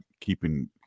keeping